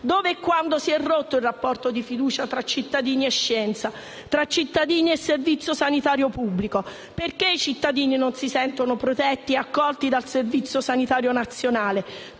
Dove e quando si è rotto il rapporto di fiducia tra cittadini e scienza, tra cittadini e Servizio sanitario pubblico? Perché i cittadini non si sentono protetti e accolti dal Servizio sanitario nazionale?